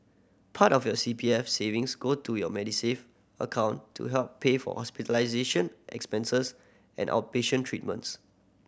part of your C P F savings go into your Medisave account to help pay for hospitalization expenses and outpatient treatments